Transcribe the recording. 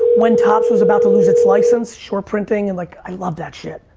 when topps was about to lose its license, short printing and like, i love that shit.